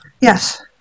Yes